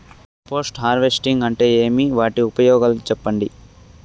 Post harvesting అంటే ఏమి? వాటి ఉపయోగాలు చెప్పండి?